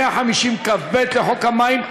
150כב לחוק המים,